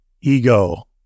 ego